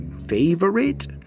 favorite